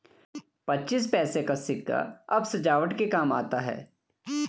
पच्चीस पैसे का सिक्का अब सजावट के काम आता है